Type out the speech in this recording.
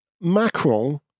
Macron